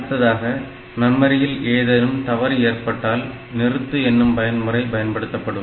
அடுத்ததாக மெமரியில் ஏதேனும் தவறு ஏற்பட்டால் நிறுத்து என்னும் பயன்முறை பயன்படுத்தப்படும்